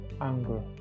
anger